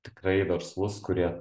tikrai verslus kurie